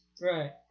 Right